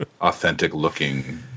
authentic-looking